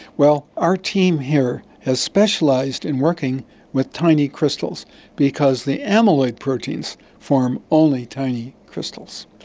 well, our team here has specialised in working with tiny crystals because the amyloid proteins form only tiny crystals.